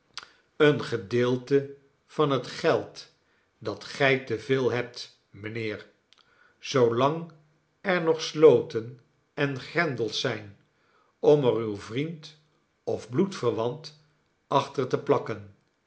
word te van het geld dat gij te veel hebt mijnheer zoolang er nog sloten en grendels z'tjn om er uw vriend of bloedverwant achter te plakken